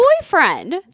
boyfriend